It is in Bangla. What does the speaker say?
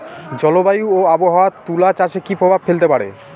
জলবায়ু ও আবহাওয়া তুলা চাষে কি প্রভাব ফেলতে পারে?